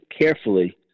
carefully